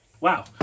Wow